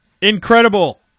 Incredible